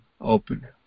open